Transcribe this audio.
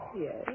Yes